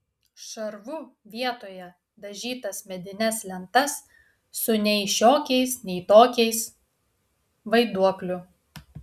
šarvu vietoje dažytas medines lentas su nei šiokiais nei tokiais vaiduokliu